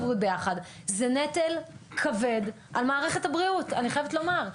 זה נטל כבד על מערכת הבריאות, אני חייבת לומר.